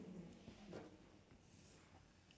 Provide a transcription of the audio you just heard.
with with those with with the pu~ orh